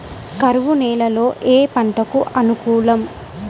కరువు నేలలో ఏ పంటకు అనుకూలం?